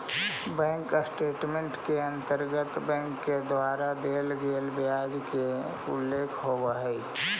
bank statement के अंतर्गत bank के द्वारा देल गेल ब्याज के उल्लेख होवऽ हइ